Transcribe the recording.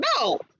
No